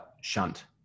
shunt